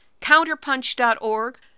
Counterpunch.ORG